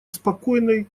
спокойной